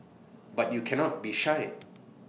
but you cannot be shy